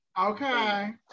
Okay